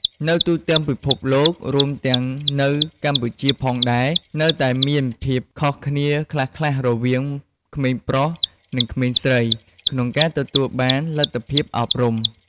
នៅទូទាំងពិភពលោក រួមទាំងនៅកម្ពុជាផងដែរ នៅតែមានភាពខុសគ្នាខ្លះៗរវាងក្មេងប្រុស និងក្មេងស្រីក្នុងការទទួលបានលទ្ធភាពអប់រំ។